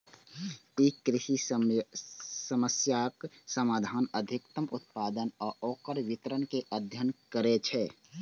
ई कृषि समस्याक समाधान, अधिकतम उत्पादन आ ओकर वितरण के अध्ययन करै छै